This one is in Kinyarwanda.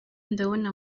ndabona